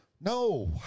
No